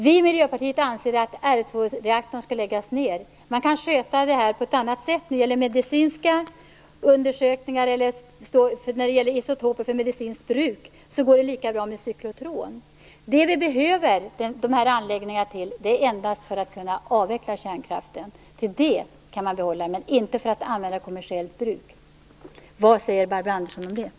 Vi i Miljöpartiet anser att R2-reaktorn skall läggas ned. Man kan sköta det här på ett annat sätt. När det gäller medicinska undersökningar eller isotoper för medicinskt bruk, går det lika bra med cyklotron. Det enda vi behöver de här anläggningarna till är att kunna avveckla kärnkraften. Till det kan man behålla dem, men inte till att använda dem i kommersiellt bruk. Vad säger Barbro Andersson om det?